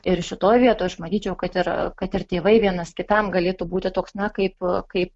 ir šitoj vietoj aš matyčiau kad yra kad ir tėvai vienas kitam galėtų būti toks na kaip kaip